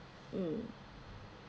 mm